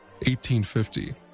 1850